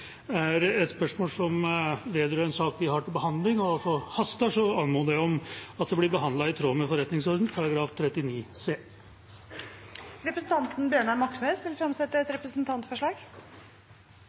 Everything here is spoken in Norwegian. er et spørsmål vedrørende en sak vi har til behandling, og som haster, anmoder jeg om at det blir behandlet i tråd med forretningsordenens § 39 c. Representanten Bjørnar Moxnes vil fremsette et representantforslag. Jeg vil framsette et